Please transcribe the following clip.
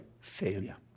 failure